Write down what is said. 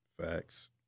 Facts